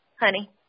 Honey